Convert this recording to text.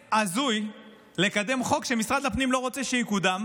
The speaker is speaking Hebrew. אינטרס הזוי לקדם חוק שמשרד הפנים לא רוצה שיקודם,